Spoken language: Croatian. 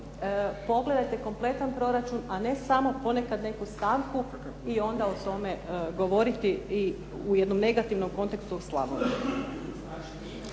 pogledajte kompletan proračun a ne samo nekada poneku stavku i onda o tome govoriti u jednom negativnom kontekstu u Slavoniji.